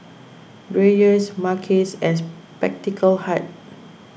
Dreyers Mackays and Spectacle Hut